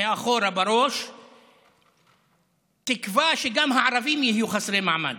מאחורה בראש תקווה שגם הערבים יהיו חסרי מעמד.